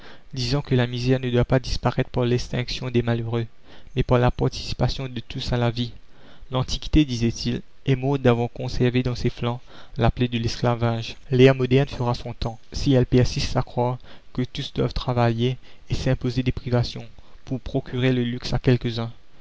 disant que la misère ne doit pas disparaître par l'extinction des malheureux mais par la participation de tous à la vie l'antiquité disait-il est morte d'avoir conservé dans ses flancs la plaie de l'esclavage l'ère moderne fera son temps si elle persiste à croire que tous doivent travailler et s'imposer des privations pour procurer le luxe à quelques-uns